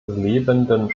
lebenden